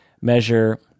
measure